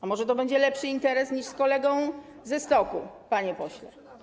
Ale może to będzie lepszy interes niż ten z kolegą ze stoku, panie pośle.